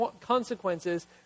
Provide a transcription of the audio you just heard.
consequences